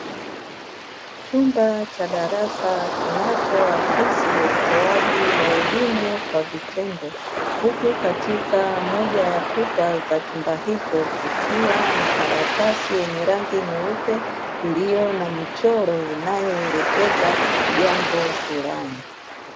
Chumba cha darasa kinachoakithi utoaji wa elimu kwa vitendo huku katika moja ya kuta za chumba, hicho kukiwa na karatasi yenye rangi nyeupe iliyo na michoro inayoelekeza jambo fulani.